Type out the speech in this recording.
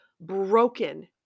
broken